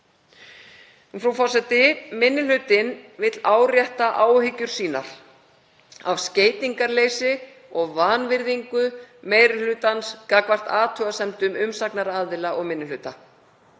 Frú forseti. Minni hlutinn vill árétta áhyggjur sínar af skeytingarleysi og vanvirðingu meiri hlutans gagnvart athugasemdum umsagnaraðila og minni hluta.